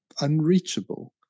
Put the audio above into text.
unreachable